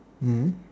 mm